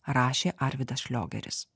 rašė arvydas šliogeris